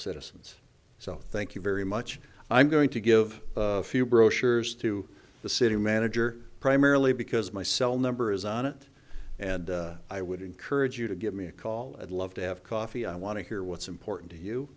citizens so thank you very much i'm going to give a few brochures to the city manager primarily because my cell number is on it and i would encourage you to give me a call and love to have coffee i want to hear what's important to you